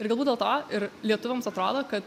ir galbūt dėl to ir lietuviams atrodo kad